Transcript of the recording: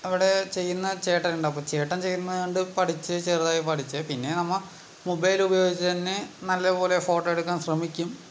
അവിടെ ചെയ്യുന്ന ചേട്ടനുണ്ട് അപ്പോൾ ചേട്ടൻ ചെയ്യുന്നത് കണ്ടു പഠിച്ച് ചെറുതായി പഠിച്ച് പിന്നെ നമ്മൾ മൊബൈലുപയോഗിച്ചുതന്നെ നല്ലപോലെ ഫോട്ടോ എടുക്കാൻ ശ്രമിക്കും